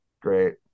Great